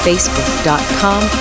Facebook.com